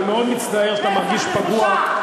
אני מאוד מצטער שאתה מרגיש פגוע.